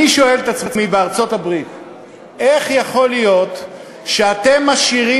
אני שואל את עצמי, איך יכול להיות שאתם משאירים